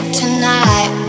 tonight